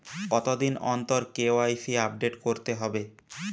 কতদিন অন্তর KYC update করতে হবে?